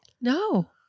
No